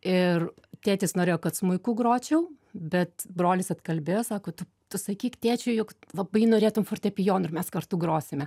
ir tėtis norėjo kad smuiku gročiau bet brolis atkalbėjo sako tu tu sakyk tėčiui juk labai norėtum fortepijonu ir mes kartu grosime